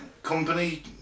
company